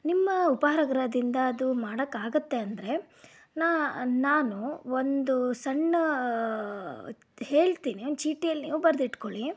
ನಿಮ್ಮ ಉಪಹಾರ ಗೃಹದಿಂದ ಅದು ಮಾಡೋಕ್ಕಾಗತ್ತೆ ಅಂದರೆ ನಾ ನಾನು ಒಂದು ಸಣ್ಣ ಹೇಳ್ತೀನಿ ಚೀಟಿಯಲ್ಲಿ ನೀವು ಬರೆದಿಟ್ಕೊಳ್ಳಿ